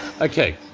Okay